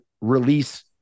release